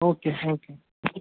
okay thank you